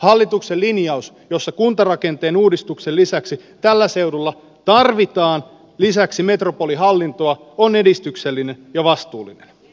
hallituksen linjaus jossa kuntarakenteen uudistuksen lisäksi tällä seudulla tarvitaan lisäksi metropolihallintoa on edistyksellinen ja vastuullinen